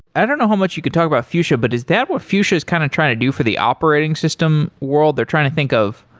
i don't know how much you could talk about fuchsia but is that what fuchsia kind of trying to do for the operating system world? they're trying to think of,